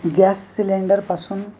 gas सिलेंडरपासून